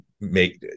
make